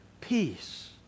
peace